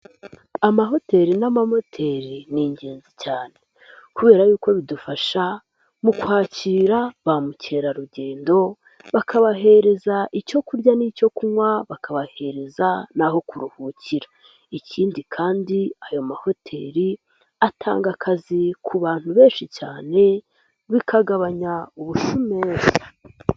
Amahoteli n'amahoteri ni ingenzi cyane kubera yuko bidufasha mu kwakira ba mukerarugendo bakabahereza icyo kurya n'icyo kunywa, bakabahereza naho kuruhukira, ikindi kandi ayo mahoteli atanga akazi ku bantu benshi cyane bikagabanya ubushomeri.